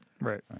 Right